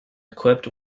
equipped